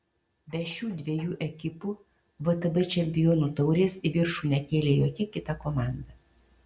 be šių dviejų ekipų vtb čempionų taurės į viršų nekėlė jokia kita komanda